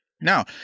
Now